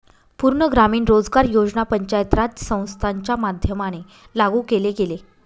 पूर्ण ग्रामीण रोजगार योजना पंचायत राज संस्थांच्या माध्यमाने लागू केले गेले